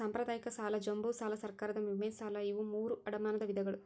ಸಾಂಪ್ರದಾಯಿಕ ಸಾಲ ಜಂಬೂ ಸಾಲಾ ಸರ್ಕಾರದ ವಿಮೆ ಸಾಲಾ ಇವು ಮೂರೂ ಅಡಮಾನದ ವಿಧಗಳು